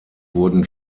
wurden